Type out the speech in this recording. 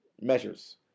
measures